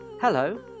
Hello